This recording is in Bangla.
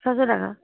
ছশো টাকা